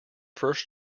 first